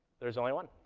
there's only one.